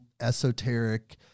esoteric